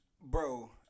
Bro